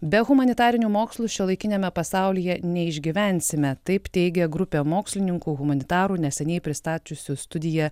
be humanitarinių mokslų šiuolaikiniame pasaulyje neišgyvensime taip teigė grupė mokslininkų humanitarų neseniai pristačiusių studiją